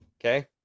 Okay